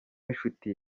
w’inshuti